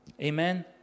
Amen